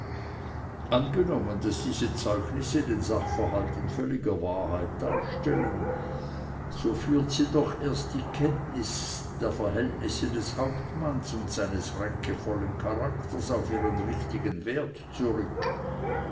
angenommen daß diese zeugnisse den sachverhalt in völliger wahrheit darstellen so führt sie doch erst die kenntnis der verhältnisse des hauptmanns und seines ränkevollen charakters auf ihren richtigen wert zurück